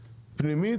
פנימית,